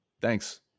thanks